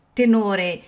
tenore